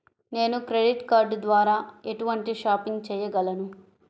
నేను credit card ద్వార ఎటువంటి షాపింగ్ చెయ్యగలను?